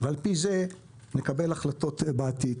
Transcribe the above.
ועל פי זה נקבל החלטות בעתיד.